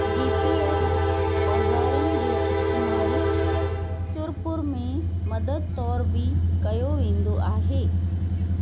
जी P S औजारनि जो इस्तेमालु चुर पुर में मदद तौर बि कयो वेंदो आहे